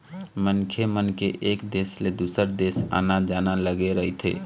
मनखे मन के एक देश ले दुसर देश आना जाना लगे रहिथे